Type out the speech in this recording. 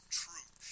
truth